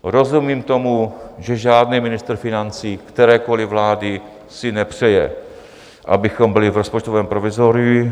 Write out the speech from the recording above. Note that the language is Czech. Rozumím tomu, že žádný ministr financí kterékoli vlády si nepřeje, abychom byli v rozpočtovém provizoriu.